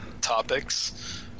topics